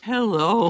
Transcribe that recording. Hello